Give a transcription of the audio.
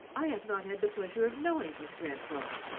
i have not had the pleasure of knowing his grandfather,